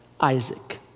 Isaac